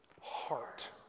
heart